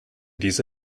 diese